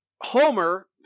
Homer